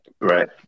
right